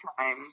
time